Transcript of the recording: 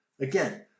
Again